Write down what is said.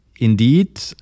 indeed